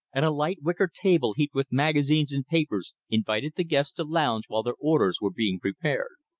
and a light wicker table heaped with magazines and papers invited the guests to lounge while their orders were being prepared.